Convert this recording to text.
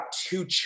two